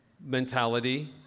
mentality